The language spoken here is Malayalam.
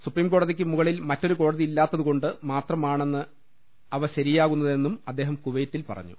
സുപ്രീംകോടതിയ്ക്ക് മുകളിൽ മറ്റൊരു കോടതി ഇല്ലാത്താതു കൊണ്ട് മാത്രമാണെന്ന് അവ ശരിയാകുന്നതെന്നും അദ്ദേഹം കുവൈറ്റിൽ പറഞ്ഞു